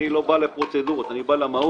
אני לא בא לפרוצדורות, אני בא למהות.